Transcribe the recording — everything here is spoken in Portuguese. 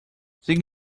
siga